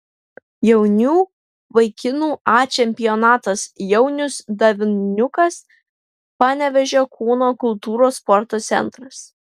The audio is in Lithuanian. jaunių vaikinų a čempionatas jaunius davniukas panevėžio kūno kultūros sporto centras